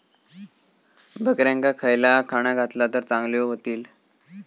बकऱ्यांका खयला खाणा घातला तर चांगल्यो व्हतील?